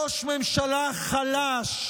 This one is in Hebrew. ראש ממשלה חלש,